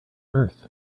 earth